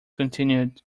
continued